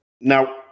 Now